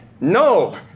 No